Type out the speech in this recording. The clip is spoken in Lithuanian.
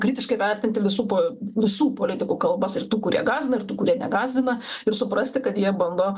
kritiškai vertinti visų po visų politikų kalbas ir tų kurie gąsdina ir tų kurie negąsdina ir suprasti kad jie bando